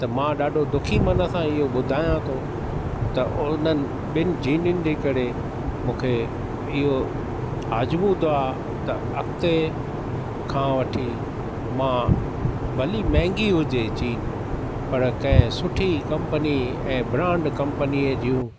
त मां ॾाढो दुखी मन सां इहो ॿुधायां थो त हुननि ॿिनि जिनुनि जे करे मूंखे इहो आज़मूदो त अॻिते खां वठी मां भली महांगी हुजे जीन पर के सुठी कंपनी ऐ ब्रांड कंपनीअ जूं